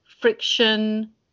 friction